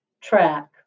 track